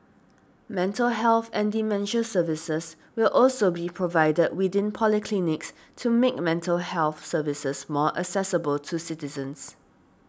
mental health and dementia services will also be provided within polyclinics to make mental health services more accessible to citizens